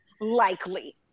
likely